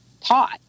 taught